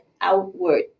outward